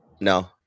no